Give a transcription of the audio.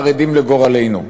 חרדים לגורלנו".